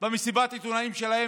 במסיבת העיתונאים שלהם